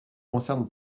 concerne